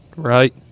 Right